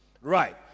Right